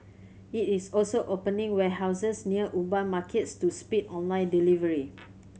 it is also opening warehouses near urban markets to speed online delivery